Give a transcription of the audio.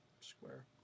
square